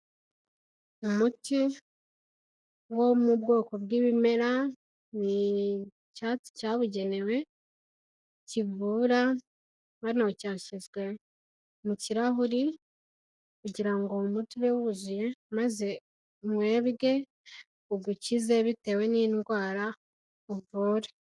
Umuti wo mu bwoko bw'ibimera, ni icyatsi cyabugenewe, kivura, hano cyashyizwe mu kirahure, kugira ngo umuti ube wuzuye, maze unywebwe, ugukize bitewe n'indwara uvura.